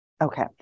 okay